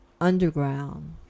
underground